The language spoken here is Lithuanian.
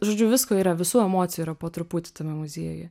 žodžiu visko yra visų emocijų po truputį tame muziejuje